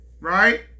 right